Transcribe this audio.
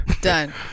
Done